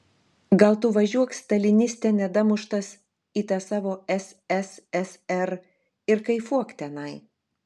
gal tu važiuok staliniste nedamuštas į tą savo sssr ir kaifuok tenai